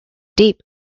deep